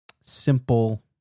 simple